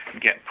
get